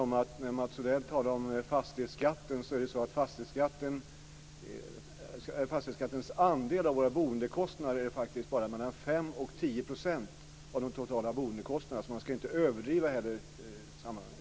Mats Odell talar om fastighetsskatten, och då vill jag erinra om att fastighetsskattens andel av våra boendekostnader bara är mellan 5 % och 10 % av de totala boendekostnaderna. Man ska inte överdriva dess betydelse i sammanhanget.